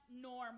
normal